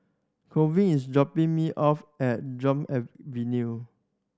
Colvin is dropping me off at Avenue